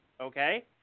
okay